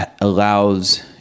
allows